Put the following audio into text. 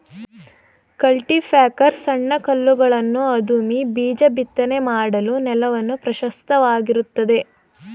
cultipacker ಸಣ್ಣ ಕಲ್ಲುಗಳನ್ನು ಅದುಮಿ ಬೀಜ ಬಿತ್ತನೆ ಮಾಡಲು ನೆಲವನ್ನು ಪ್ರಶಸ್ತವಾಗಿರುತ್ತದೆ